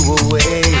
away